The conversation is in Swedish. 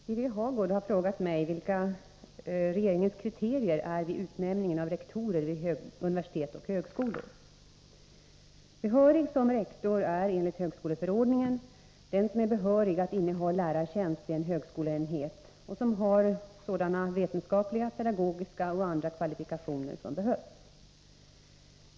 Herr talman! Birger Hagård har frågat mig vilka regeringens kriterier är vid utnämningar av rektorer vid universitet och högskolor. Behörig som rektor är enligt högskoleförordningen den som är behörig att inneha lärartjänst vid en högskoleenhet och som har sådana vetenskapliga, pedagogiska och andra kvalifikationer som behövs.